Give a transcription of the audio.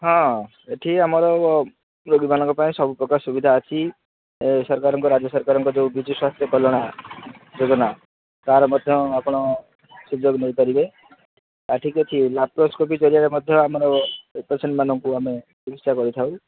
ହଁ ଏଠି ଆମର ରୋଗୀମାନଙ୍କ ପାଇଁ ସବୁପ୍ରକାର ସୁବିଧା ଅଛି ଏ ସରକାରଙ୍କ ରାଜ୍ୟସରକାରଙ୍କ ଯୋଉ ବିଜୁ ସ୍ୱାସ୍ଥ୍ୟ କଲ୍ୟାଣ ଯୋଜନା ତାର ମଧ୍ୟ ଆପଣ ସୁଯୋଗ ନେଇପାରିବେ ଠିକ ଅଛି ଲାପ୍ରୋସ୍କୋପି କରିବାରେ ମଧ୍ୟ ଆମର ଏ ପେସେଣ୍ଟ୍ମାନଙ୍କୁ ଆମେ ଚିକିତ୍ସା କରିଥାଉ